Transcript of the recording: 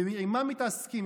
ועם מה מתעסקים?